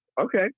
okay